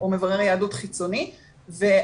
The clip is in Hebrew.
או מברר יהדות חיצוני וכחלק,